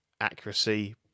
accuracy